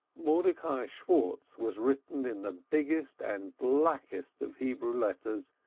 mordecai schwartz was written in the biggest and blackest of hebrew letters,